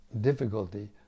difficulty